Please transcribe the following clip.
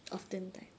often time